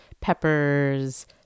peppers